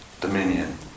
Dominion